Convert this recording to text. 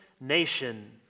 nation